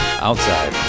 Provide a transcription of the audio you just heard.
Outside